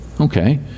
okay